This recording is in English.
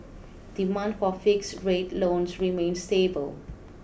demand for fixed rate loans remains stable